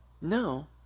No